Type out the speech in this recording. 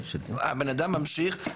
הבן-אדם ממשיך.